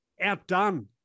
Outdone